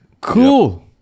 Cool